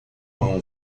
mão